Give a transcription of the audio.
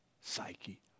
psyche